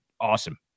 awesome